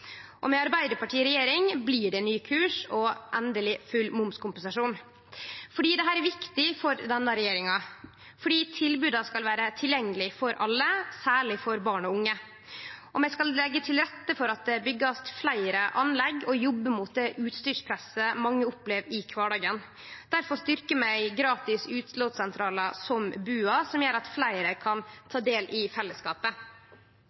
Med Arbeidarpartiet i regjering blir det ny kurs og endeleg full momskompensasjon. Dette er viktig for denne regjeringa fordi tilboda skal vere tilgjengelege for alle, særleg for barn og unge. Vi skal leggje til rette for at det blir bygd fleire anlegg, og jobbe mot det utstyrspresset mange opplever i kvardagen. Difor styrkjer vi gratis utlånssentralar som BUA, som gjer at fleire kan